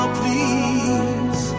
please